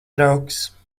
draugs